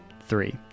three